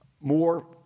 More